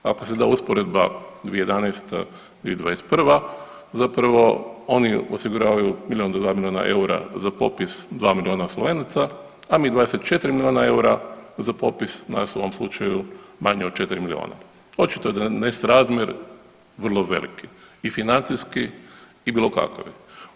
Ako se da usporedba 2011. i 2021. zapravo oni osiguravaju milijun do dva milijuna eura za popis dva milijuna Slovenaca, a mi 24 milijuna eura za popis nas u ovom slučaju manje od 4 milijuna, očito je da je nesrazmjer vrlo veliki i financijski i bilo kakav.